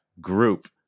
group